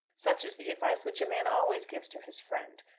such is the advice which a man always gives to his friend.